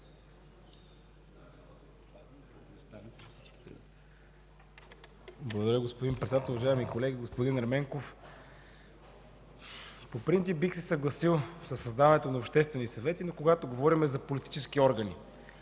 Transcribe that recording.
Благодаря, господин Председател. Уважаеми колеги! Господин Ерменков, по принцип бих се съгласил със създаването на обществени съвети, но когато говорим за политически органи.